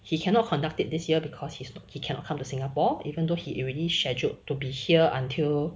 he cannot conduct it this year because he spoke he cannot come to singapore even though he already scheduled to be here until